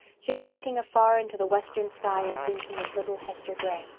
she was looking afar into the western sky and thinking of little hester gray.